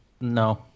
No